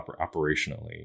operationally